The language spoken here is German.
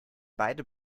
beide